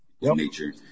nature